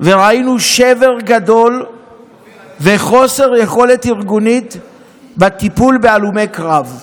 וראינו שבר גדול וחוסר יכולת ארגונית בטיפול בהלומי קרב.